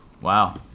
Wow